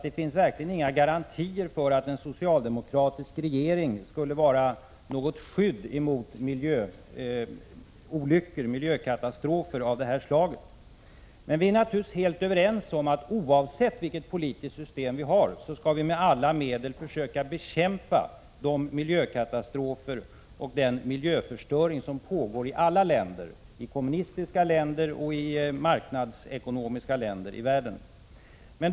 Det finns verkligen inga garantier för att en socialdemokratisk regering skulle vara något skydd mot miljökatastrofer av det här slaget. Men vi är naturligtvis helt överens om att oavsett vilket politiskt system vi har skall vi med alla medel försöka bekämpa de miljökatastrofer och den miljöförstöring som pågår i alla länder i världen — i kommunistiska länder och i länder som har marknadsekonomi.